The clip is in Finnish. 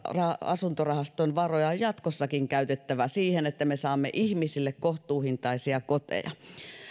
asuntorahaston varoja on jatkossakin käytettävä siihen että me saamme ihmisille kohtuuhintaisia koteja